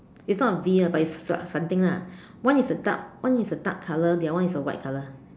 it's not a V lah but is some something lah one is a dark one is a dark colour the other one is a white colour